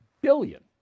billion